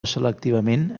selectivament